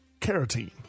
carotene